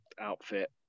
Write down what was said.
outfit